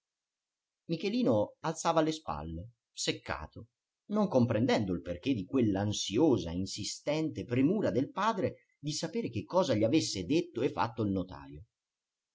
michelino alzava le spalle seccato non comprendendo il perché di quell'ansiosa insistente premura del padre di sapere che cosa gli avesse detto e fatto il notajo